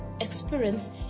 experience